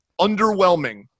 underwhelming